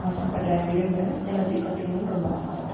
ஆசைப்பட்றன் விரும்புகிறேன் எல்லாத்தையும் கற்றுக்குணுன்னு ரொம்ப ஆசைப்பட்றன்